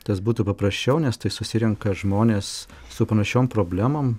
tas būtų paprasčiau nes tai susirenka žmonės su panašiom problemom